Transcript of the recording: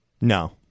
No